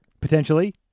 Potentially